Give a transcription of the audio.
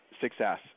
success